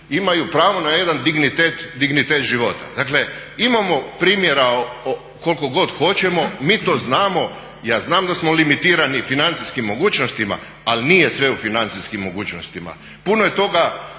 imaju pravo na jedan dignitet života. Dakle imamo primjera koliko god hoćemo, mi to znamo. Ja znam da smo limitirani financijskim mogućnostima ali nije sve u financijskim mogućnostima. Puno je toga,